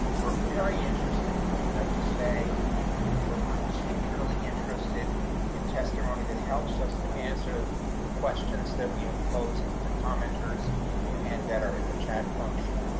we're very interested in what you have to say we're particularly interested in testimony that helps us to answer the questions that we have posed to commenters and that are in the chat function.